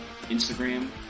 Instagram